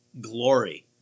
glory